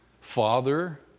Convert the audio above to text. father